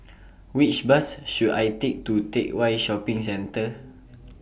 Which Bus should I Take to Teck Whye Shopping Centre